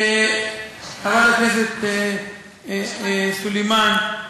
חברת הכנסת סלימאן,